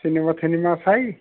cinema তিনেমা চাই